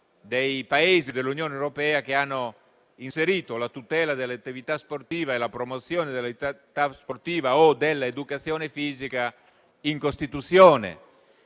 dei Paesi dell'Unione europea che hanno inserito la tutela e la promozione dell'attività sportiva o dell'educazione fisica in Costituzione.